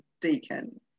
deacon